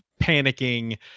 panicking